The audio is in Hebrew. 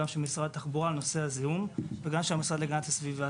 גם של משרד התחבורה בנושא הזיהום וגם של המשרד להגנת הסביבה.